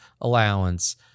allowance